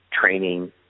training